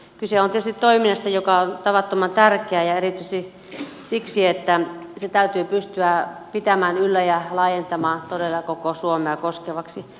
kyse on tietysti toiminnasta joka on tavattoman tärkeää ja erityisesti siksi että se täytyy pystyä pitämään yllä ja laajentamaan todella koko suomea koskevaksi